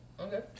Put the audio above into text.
Okay